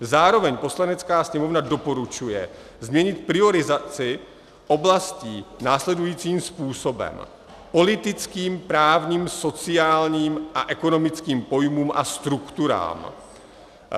Zároveň Poslanecká sněmovna doporučuje změnit prioritizaci oblastí následujícím způsobem: politickým, právním, sociálním a ekonomickým pojmům a strukturám.